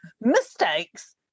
mistakes